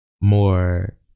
more